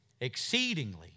exceedingly